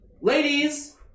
Ladies